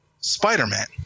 Spider-Man